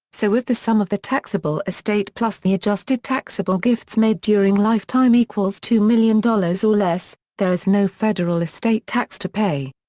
so if the sum of the taxable estate plus the adjusted taxable gifts made during lifetime equals two million dollars or less, there is no federal estate tax to pay.